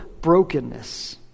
brokenness